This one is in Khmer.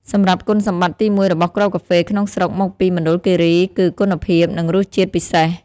សម្រាប់គុណសម្បត្តិទីមួយរបស់គ្រាប់កាហ្វេក្នុងស្រុកមកពីមណ្ឌលគិរី គឺ គុណភាព និងរសជាតិពិសេស។